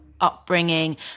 upbringing